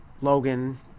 Logan